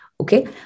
Okay